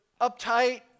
uptight